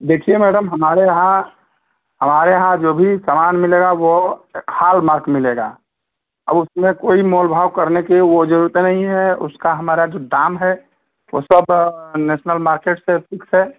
देखिए म्याडम हमारे यहाँ हमारे यहाँ जो भी समान मिलेगा वह हालमार्क मिलेगा और उसमें कोई मोल भाव करने की वह ज़रूरत नहीं है उसका हमारा जो दाम है वह सब नैसनल मार्केट से फिक्स है